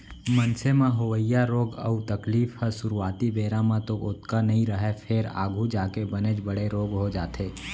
मनसे म होवइया रोग अउ तकलीफ ह सुरूवाती बेरा म तो ओतका नइ रहय फेर आघू जाके बनेच बड़े रोग हो जाथे